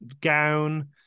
gown